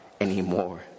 anymore